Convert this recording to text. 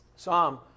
Psalm